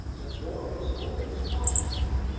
the door was opened cautiously,